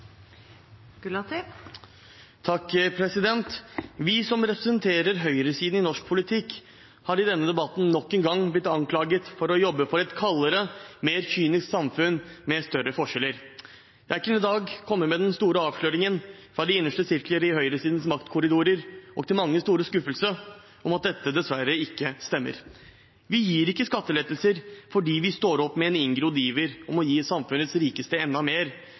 industrielle Norge. Vi som representerer høyresiden i norsk politikk, har i denne debatten nok en gang blitt anklaget for å jobbe for et kaldere, mer kynisk samfunn med større forskjeller. Jeg kan i dag komme med den store avsløringen fra de innerste sirkler i høyresidens maktkorridorer, og til manges store skuffelse, at dette dessverre ikke stemmer. Vi gir ikke skattelettelser fordi vi står opp med en inngrodd iver etter å gi samfunnets rikeste